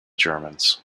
germans